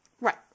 Right